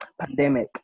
pandemic